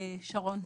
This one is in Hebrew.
שרון,